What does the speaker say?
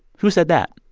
who said that?